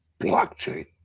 blockchain